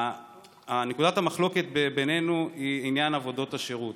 נקודת המחלוקת בינינו היא עניין עבודות השירות.